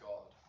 God